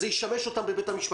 אז זה ישמש אותם בבית המשפט.